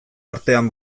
artean